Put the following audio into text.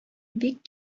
бик